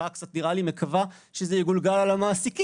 נראה לי שהממשלה קצת מקווה שזה יגולגל על המעסיקים.